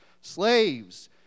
slaves